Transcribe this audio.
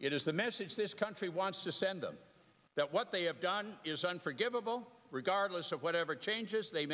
it is the message this country wants to send them that what they have done is unforgivable regardless of whatever changes they